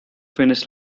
finish